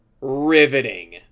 riveting